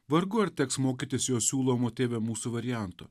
vargu ar teks mokytis jo siūlomo tėve mūsų varianto